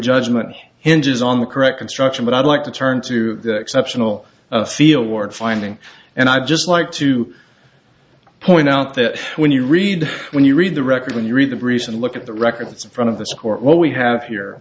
judgment hinges on the correct instruction but i'd like to turn to the exceptional fieldwork finding and i'd just like to point out that when you read when you read the record when you read the briefs and look at the records in front of this court what we have here